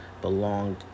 belonged